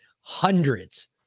Hundreds